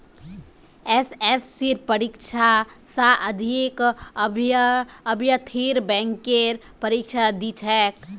एसएससीर परीक्षा स अधिक अभ्यर्थी बैंकेर परीक्षा दी छेक